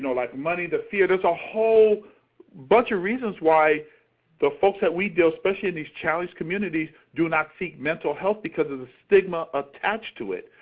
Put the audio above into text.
like money, the fear. there's a whole bunch of reasons why the folks that we deal, especially in these challenged communities, do not seek mental health because of the stigma attached to it.